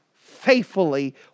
faithfully